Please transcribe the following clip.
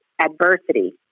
adversity